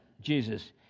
Jesus